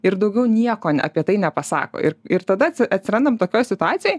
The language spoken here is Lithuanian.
ir daugiau nieko apie tai nepasako ir ir tada atsi atsirandam tokioj situacijoj